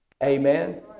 Amen